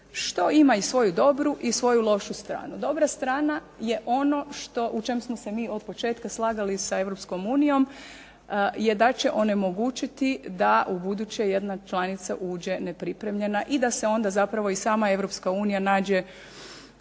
što ima i svoju dobru i svoju lošu stranu. Dobra strana je ono što, u čemu smo se mi od početka slagali s Europskom unijom je da će onemogućiti da ubuduće jedna članice uđe nepripremljena i da se onda zapravo i sama Europska